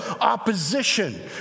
opposition